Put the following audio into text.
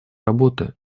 работы